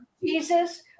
Jesus